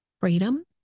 Freedom